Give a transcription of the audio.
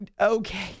Okay